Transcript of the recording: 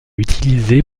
utilisé